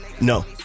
No